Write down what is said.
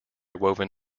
woven